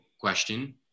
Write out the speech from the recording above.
question